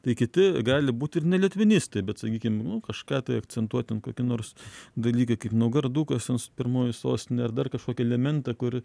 tai kiti gali būt ir ne litvinistai bet sakykim nu kažką tai akcentuot ten kokį nors dalyką kaip naugardukas ten mūsų pirmoji sostinė ar dar kažkokį elementą kur